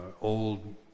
old